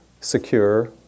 secure